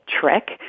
trick